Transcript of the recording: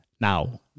Now